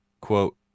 quote